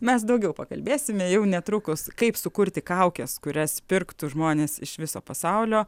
mes daugiau pakalbėsime jau netrukus kaip sukurti kaukes kurias pirktų žmonės iš viso pasaulio